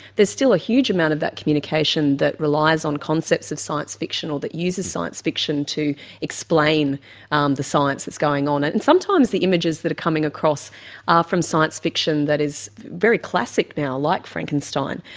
there is still a huge amount of that communication that relies on concepts of science fiction or that uses science fiction to explain um the science that is going on. and sometimes the images that are coming across are from science fiction that is very classic now, like frankenstein.